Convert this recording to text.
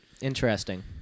Interesting